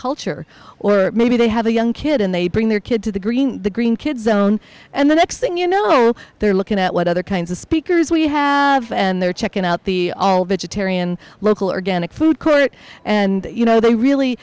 culture or maybe they have a young kid and they bring their kid to the green the green kids own and the next thing you know they're looking at what other kinds of speakers we have and they're checking out the all vegetarian local organic food court and you know they really